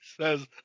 says